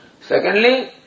Secondly